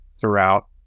throughout